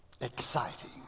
exciting